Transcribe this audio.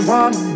one